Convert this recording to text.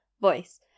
voice